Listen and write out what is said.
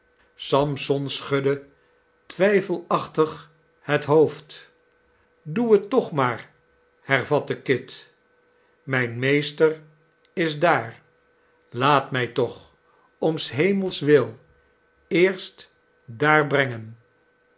sampson schudde twijfelachtig het hoofd doe het toch maar hervatte kit mijn meester is daar laat mij toch om s hemels wil eerst daar brengen